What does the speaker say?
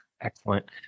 Excellent